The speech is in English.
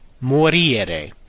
morire